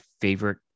favorite